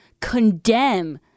condemn